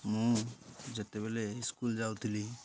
ମୁଁ ଯେତେବେଳେ ସ୍କୁଲ୍ ଯାଉଥିଲି